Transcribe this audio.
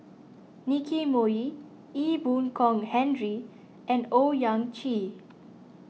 Nicky Moey Ee Boon Kong Henry and Owyang Chi